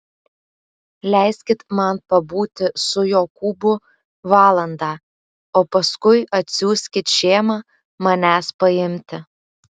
leiskit man pabūti su jokūbu valandą o paskui atsiųskit šėmą manęs paimti